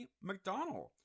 McDonald